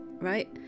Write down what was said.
right